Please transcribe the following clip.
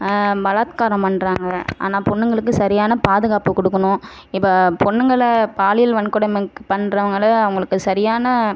பலாத்காரம் பண்றாங்க ஆனால் பொண்ணுங்களுக்கு சரியான பாதுகாப்பு கொடுக்கணும் இப்போ பொண்ணுங்களை பாலியல் வன்கொடுமைக்கு பண்றவங்களை அவங்களுக்கு சரியான